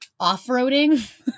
Off-roading